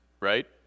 right